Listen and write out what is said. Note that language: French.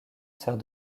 sert